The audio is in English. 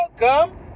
Welcome